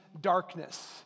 darkness